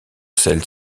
celles